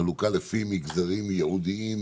שהחלוקה לפי מגזרים ייעודיים